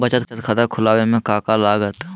बचत खाता खुला बे में का का लागत?